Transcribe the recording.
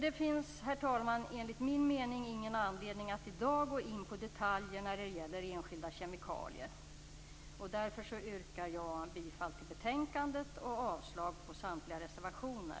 Det finns, herr talman, enligt min mening ingen anledning att i dag gå in på detaljer när det gäller enskilda kemikalier. Därför yrkar jag bifall till betänkandet och avslag på samtliga reservationer.